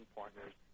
partners